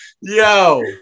yo